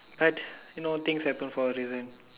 but you know things happen for a reason